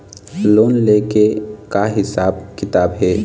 Loan ले के का हिसाब किताब हे?